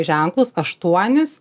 ženklus aštuonis